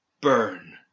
Burn